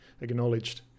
acknowledged